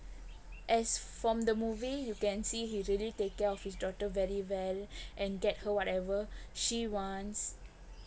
as from the movie you can see he really take care of his daughter very well and get her whatever she wants